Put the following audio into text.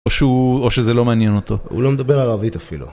או שהוא... או שזה לא מעניין אותו. הוא לא מדבר ערבית אפילו.